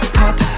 hot